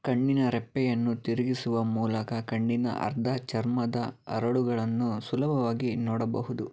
ಕಣ್ಣಿನ ರೆಪ್ಪೆಯನ್ನು ತಿರುಗಿಸುವ ಮೂಲಕ ಕಣ್ಣಿನ ಅರ್ಧ ಚರ್ಮದ ಹರಳುಗಳನ್ನು ಸುಲಭವಾಗಿ ನೋಡಬಹುದು